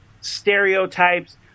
stereotypes